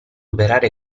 operare